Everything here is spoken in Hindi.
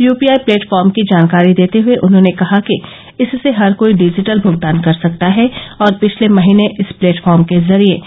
यूपीआई प्लेटफॉर्म की जानकारी देते हुए उन्होंने कहा कि इससे हर कोई डिजिटल भुगतान कर सकता है और पिछले महीने इस प्लेटफॉर्म के जरिए